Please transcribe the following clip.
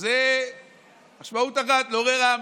אז זו משמעות אחת, לעורר עם.